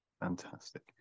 Fantastic